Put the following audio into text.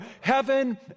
heaven